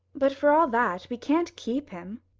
but for all that we can't keep him,